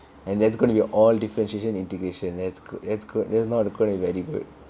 and there's gonna be all differentiation integration that's good that's good that is not a very good